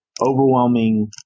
overwhelming